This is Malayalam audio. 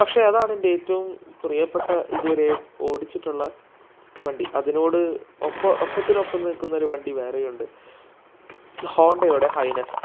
പക്ഷേ അതാണെൻ്റെ ഏറ്റവും പ്രിയപ്പെട്ട ഇതുവരെ ഓടിച്ചിട്ടുള്ള വണ്ടി അതിനോട് ഒപ്പം ഒപ്പത്തിനൊപ്പം നിൽക്കുന്നൊരു വണ്ടി വേറെയുണ്ട് ഹോണ്ടയുടെ ഹൈനസ്